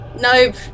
Nope